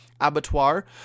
abattoir